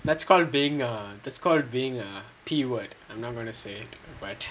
that's called being a that's called being a P word I'm not going to say but